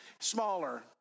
smaller